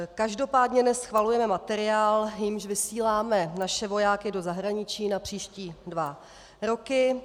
Každopádně schvalujeme materiál, jímž vysíláme naše vojáky do zahraničí na příští dva roky.